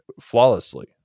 flawlessly